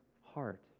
heart